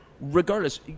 regardless